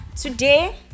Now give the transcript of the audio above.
today